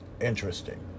Interesting